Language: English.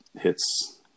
hits